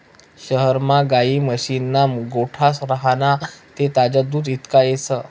शहरमा गायी म्हशीस्ना गोठा राह्यना ते ताजं दूध इकता येस